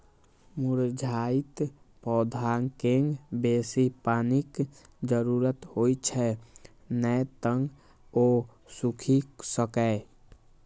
मुरझाइत पौधाकें बेसी पानिक जरूरत होइ छै, नै तं ओ सूखि सकैए